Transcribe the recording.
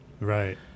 Right